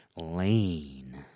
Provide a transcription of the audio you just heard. Lane